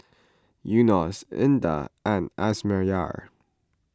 Yunos Indah and Amsyar